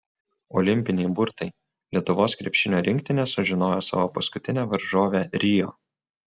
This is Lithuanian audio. olimpiniai burtai lietuvos krepšinio rinktinė sužinojo savo paskutinę varžovę rio